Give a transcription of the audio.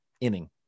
inning